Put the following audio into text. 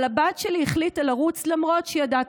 אבל הבת שלי החליטה לרוץ למרות שהיא ידעה את